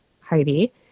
Heidi